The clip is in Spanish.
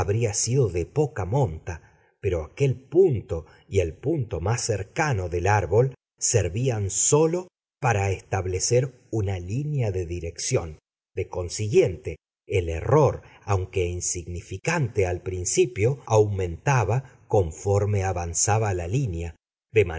habría sido de poca monta pero aquel punto y el punto más cercano del árbol servían sólo para establecer una línea de dirección de consiguiente el error aunque insignificante al principio aumentaba conforme avanzaba la línea